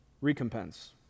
Recompense